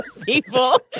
people